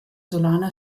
solana